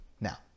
Now